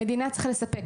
המדינה צריכה לספק,